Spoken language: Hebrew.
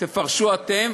תפרשו אתם.